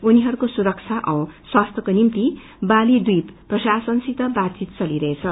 उनीहरूको सुरब्धा जौ स्वास्थ्यको निभ्ति बाली द्वीप प्रशासनसित बातचित चलिरहेछ